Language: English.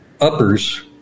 uppers